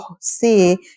see